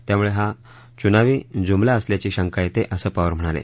त्यामुळे हा चुनावी जुमला असल्याची शक्ती येते असप्रवार म्हणाले